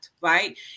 Right